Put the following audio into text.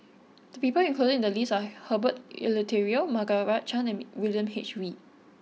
the people included in the list are Herbert Eleuterio Margaret Chan and William H Read